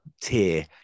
tier